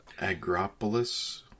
agropolis